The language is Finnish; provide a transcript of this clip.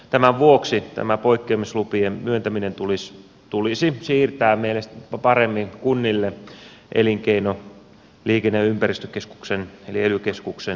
tämän vuoksi tämä poikkeamislupien myöntäminen tulisi siirtää paremmin kunnille elinkeino liikenne ja ympäristökeskuksen eli ely keskuksen sijaan